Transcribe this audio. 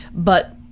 but